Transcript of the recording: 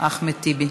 אחמד טיבי,